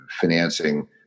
financing